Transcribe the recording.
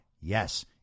Yes